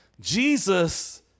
Jesus